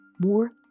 more